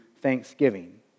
thanksgiving